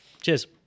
Cheers